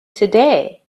today